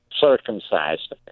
circumcised